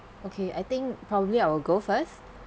okay I think probably I will go first